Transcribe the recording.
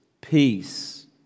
peace